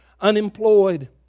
unemployed